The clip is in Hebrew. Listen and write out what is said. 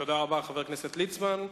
תודה רבה, חבר הכנסת ליצמן.